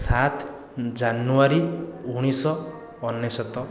ସାତ ଜାନୁୟାରୀ ଉଣେଇଶହ ଅନେଶ୍ୱତ